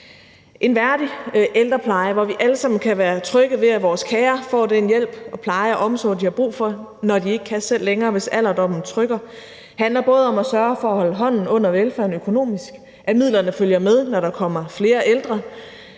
En værdig ældrepleje, hvor vi alle sammen kan være trygge ved, at vores kære får den hjælp og pleje og omsorg, de har brug for, når de ikke selv længere kan, hvis alderdommen trykker, handler om at sørge for at holde hånden under velfærden økonomisk, at midlerne følger med, når der kommer flere ældre